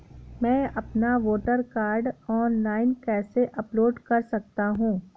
मैं अपना voter card online कैसे अपलोड कर सकता हूँ?